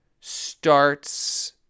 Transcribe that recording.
starts